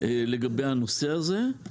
לגבי הנושא הזה.